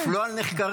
אף לא על נחקרים.